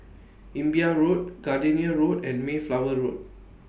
Imbiah Road Gardenia Road and Mayflower Road